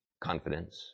confidence